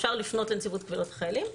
אפשר לפנות לנציבות קבילות החיילים,